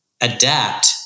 adapt